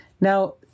Now